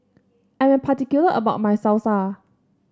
I am particular about my Salsa